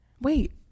Wait